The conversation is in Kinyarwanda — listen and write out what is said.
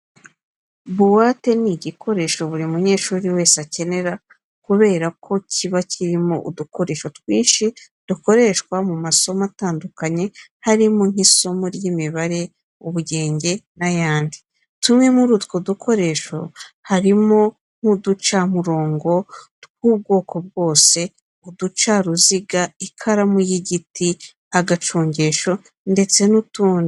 Buwate ni igikoresho buri munyeshuri wese akenera kubera ko kiba kirimo udukoresho twinshi dukoreshwa mu masomo atandukanye harimo nk'isomo ry'imibare, ubugenge n'ayandi. Tumwe muri utwo dukoresho harimo nk'uducamurongo tw'ubwoko bwose, uducaruziga, ikaramu y'igiti, akacongesho ndetse n'utundi.